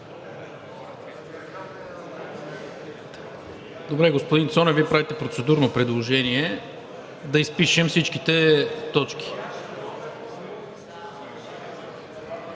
Господин Цонев, Вие правите процедурно предложение: да изпишем всичките точки.